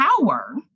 power